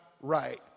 right